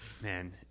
man